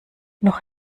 noch